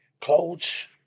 Clothes